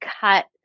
cut